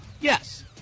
Yes